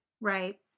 right